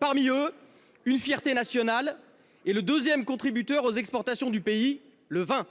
Parmi eux, une fierté nationale et le deuxième contributeur aux exportations du pays : le vin.